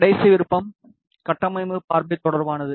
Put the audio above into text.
கடைசி விருப்பம் கட்டமைப்பு பார்வை தொடர்பானது